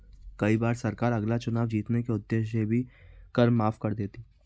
कई बार सरकार अगला चुनाव जीतने के उद्देश्य से भी कर माफ कर देती है